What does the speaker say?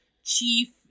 chief